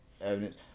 evidence